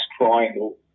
triangle